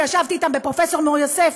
כשישבתי אתם ועם פרופ' מור-יוסף,